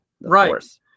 right